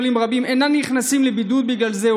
עולים רבים אינם נכנסים לבידוד בגלל זה,